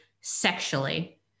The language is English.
sexually